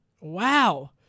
wow